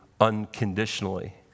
unconditionally